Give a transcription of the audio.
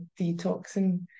detoxing